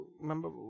remember